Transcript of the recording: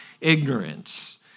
ignorance